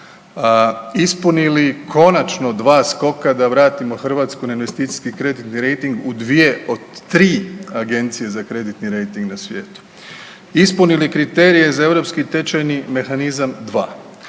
Ispunili konačno dva skoka da vratimo Hrvatsku na investicijski kreditni rejting u dvije od tri agencije za kreditni rejting na svijetu. Ispunili kriterije za europski tečajni mehanizam dva.